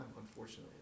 unfortunately